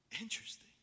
Interesting